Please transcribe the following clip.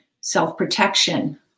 Self-protection